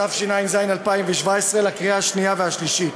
התשע"ז 2017, לקריאה שנייה ושלישית.